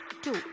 two